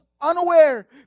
unaware